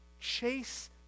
chase